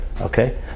Okay